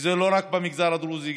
וזה לא רק במגזר הדרוזי,